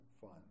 fun